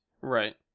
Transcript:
Right